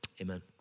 Amen